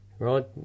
Right